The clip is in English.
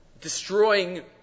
destroying